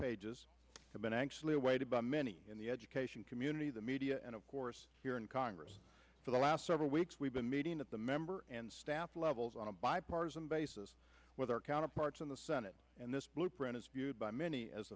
pages have been anxiously awaited by many in the education community the media and of course here in congress for the last several weeks we've been meeting at the members and staff levels on a bipartisan basis with our counterparts in the senate and this blueprint is viewed by many as